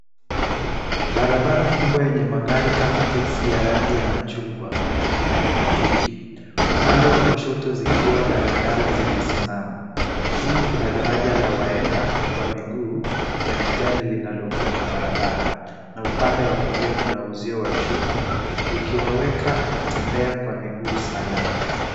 Barabara kubwa yenye magari kama teksi ya rangi ya machungwa na pikipiki. Upande wa kushoto zikiwa daladala zimesimama. Juu kuna daraja la waenda kwa miguu la kijani linalovuka barabara na upande wa kulia kuna uzio wa chuma ukiwaweka watembea kwa miguu salama.